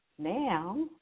Now